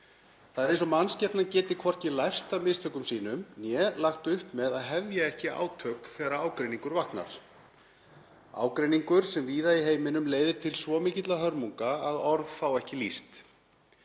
Það er eins og mannskepnan geti hvorki lært af mistökum sínum né lagt upp með að hefja ekki átök þegar ágreiningur vaknar, ágreiningur sem víða í heiminum leiðir til svo mikilla hörmunga að orð fá ekki lýst.